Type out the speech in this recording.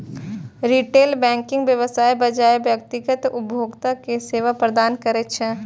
retail banking व्यवसायक बजाय व्यक्तिगत उपभोक्ता कें सेवा प्रदान करै छै